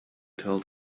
told